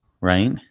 right